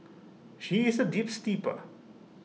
she is A deep steeper